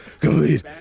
complete